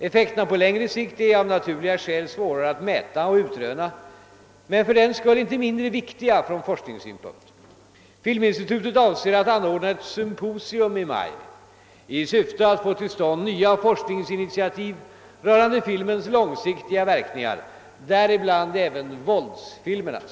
Effekterna på längre sikt är, av naturliga skäl, svårare att mäta och utröna men fördenskull inte mindre viktiga från forskningssynpunkt. Filminstitutet avser att anordna ett symposium i maj i syfte att få till stånd nya forskningsinitiativ rörande filmens långsiktiga verkningar, däribland även våldsfilmernas.